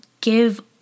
give